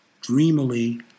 dreamily